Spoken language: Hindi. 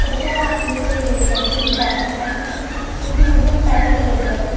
कृपया आप उसे जल्दी वापस कर सकते है क्योंकि मुझे उन पैसों की ज़रूरत है